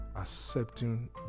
accepting